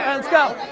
let's go.